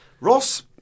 Ross